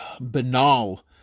banal